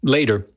Later